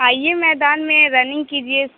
آئیے میدان میں رننگ کیجیے